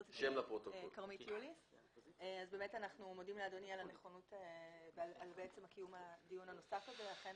אנחנו מודים לאדוני על הנכונות ועל קיום הדיון הנוסף הזה אכן